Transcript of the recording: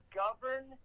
govern